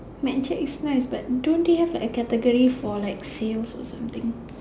mad jacks is nice but don't they have like a category for like sales or something